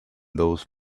those